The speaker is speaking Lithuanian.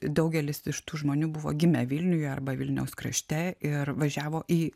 daugelis iš tų žmonių buvo gimę vilniuj arba vilniaus krašte ir važiavo į